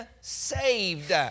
saved